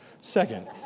Second